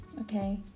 Okay